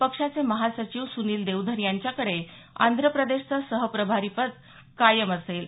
पक्षाचे महासचिव सुनील देवधर यांच्याकडे आंध्रप्रदेशचं सहप्रभारीपदी कायम असेल